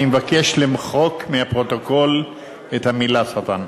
אני מבקש למחוק מהפרוטוקול את המלה "שטן".